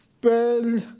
Bell